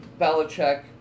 Belichick